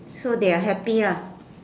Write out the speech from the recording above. so they are happy lah